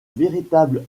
véritable